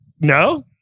no